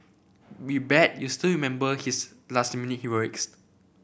we bet you still remember his last minute heroics